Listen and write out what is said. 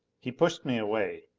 he pushed me away.